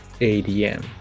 ADM